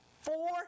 Four